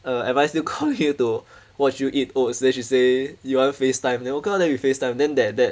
uh am I still coming here to watch you eat oats then she say you want Facetime then okay lor then we Facetime then that that